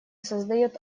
создает